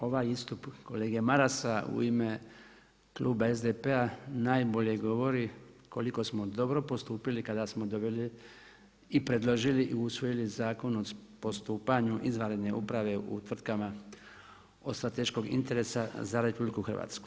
Ovaj istup kolege Marasa u ime kluba SDP-a najbolje govori koliko smo dobro postupili kada smo … i predložili i usvojili Zakon o postupanju izvanredne uprave u tvrtkama od strateškog interesa za RH.